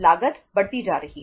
लागत बढ़ती जा रही है